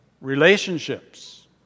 relationships